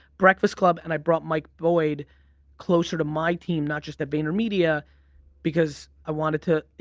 breakfast club and i brought mike boyd closer to my team, not just at vaynermedia because i wanted to.